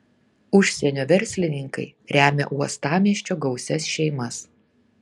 užsienio verslininkai remia uostamiesčio gausias šeimas